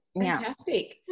Fantastic